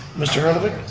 mr. hellervich.